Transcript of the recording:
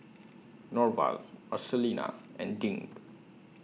Norval Marcelina and Dink